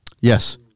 Yes